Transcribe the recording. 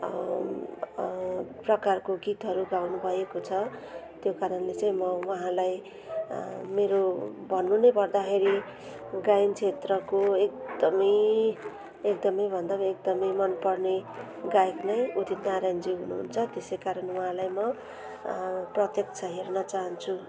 प्रकारको गीतहरू गाउनुभएको छ त्यो कारणले चाहिँ म उहाँलाई मेरो भन्नु नै पर्दाखेरि गायन क्षेत्रको एकदमै एकदमै भन्दा पनि एकदमै मन पर्ने गायक नै उदित नारायणज्यू हनुहुन्छ त्यसै कारणले उहाँलाई म प्रत्यक्ष हेर्न चाहान्छु